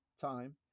time